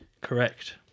Correct